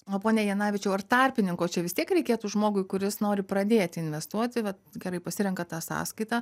pone janavičiau ar tarpininko čia vis tiek reikėtų žmogui kuris nori pradėti investuoti vat gerai pasirenka tą sąskaitą